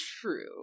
true